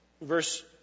Verse